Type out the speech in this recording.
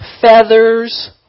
Feathers